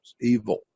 evil